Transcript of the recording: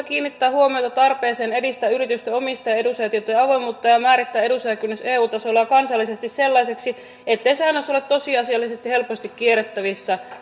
kiinnittää huomiota tarpeeseen edistää yritysten omistaja ja edunsaajatietojen avoimuutta ja määrittää edunsaajakynnys eun tasolla ja kansallisesti sellaiseksi ettei säännös ole tosiasiassa helposti kierrettävissä